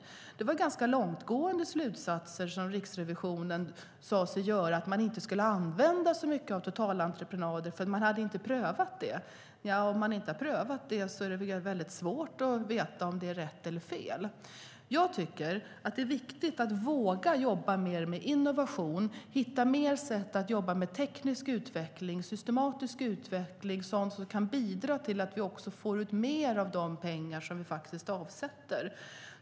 Riksrevisionen drog långtgående slutsatser om att inte använda så mycket av totalentreprenader eftersom de inte hade prövats. Om de inte har prövats är det svårt att veta om de är rätt eller fel. Det är viktigt att våga jobba mer innovativt, hitta fler sätt att jobba med teknisk utveckling, systematisk utveckling, sådant som kan bidra till att vi får ut mer av de pengar som vi avsätter.